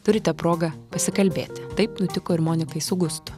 turite progą pasikalbėti taip nutiko ir monikai su gustu